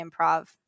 improv